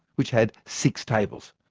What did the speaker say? which had six tables.